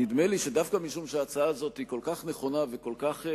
נדמה לי שדווקא משום שההצעה הזאת היא כל כך נכונה וכל כך,